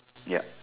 ya